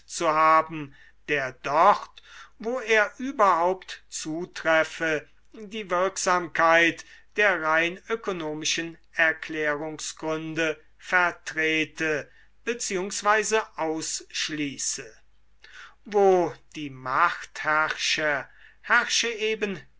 zu haben der dort wo er überhaupt zutreffe die wirksamkeit der rein ökonomischen erklärungsgründe vertrete bzw ausschließe wo die macht herrsche herrsche eben